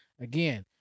again